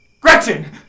Gretchen